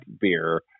beer